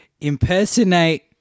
impersonate